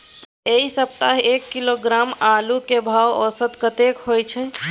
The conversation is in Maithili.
ऐ सप्ताह एक किलोग्राम आलू के भाव औसत कतेक होय छै?